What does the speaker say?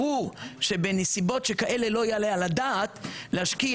ברור שבנסיבות שכאלה לא יעלה על הדעת להשקיע